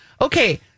okay